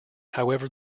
however